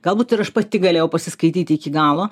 galbūt ir aš pati galėjau pasiskaityti iki galo